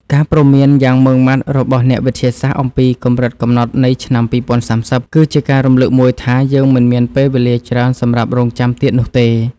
ការព្រមានយ៉ាងម៉ឺងម៉ាត់របស់អ្នកវិទ្យាសាស្ត្រអំពីកម្រិតកំណត់នៃឆ្នាំ ២០៣០ គឺជាការរំលឹកមួយថា យើងមិនមានពេលវេលាច្រើនសម្រាប់រង់ចាំទៀតនោះទេ។